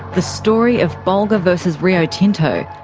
the story of bulga versus rio tinto,